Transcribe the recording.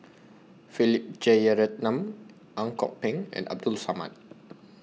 Philip Jeyaretnam Ang Kok Peng and Abdul Samad